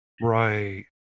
Right